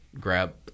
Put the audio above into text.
grab